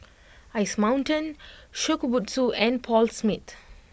Ice Mountain Shokubutsu and Paul Smith